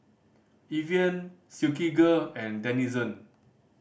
Evian Silkygirl and Denizen